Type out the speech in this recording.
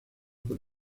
por